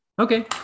Okay